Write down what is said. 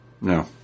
No